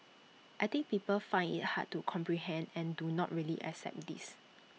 I think people find IT hard to comprehend and do not really accept this